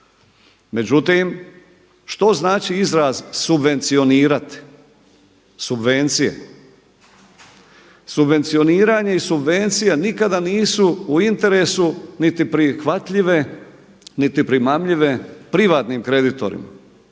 Međutim što znači izraz subvencionirati, subvencije? Subvencioniranje i subvencija nikada nisu u interesu niti prihvatljive, niti primamljive privatnim kreditorima.